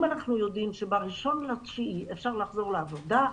אם אנחנו יודעים שב-1.9 אפשר לחזור לעבודה,